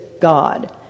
God